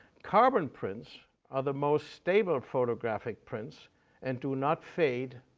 carbon prints are the most stable photographic prints and do not fade